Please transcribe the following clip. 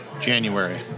January